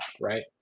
right